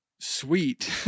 sweet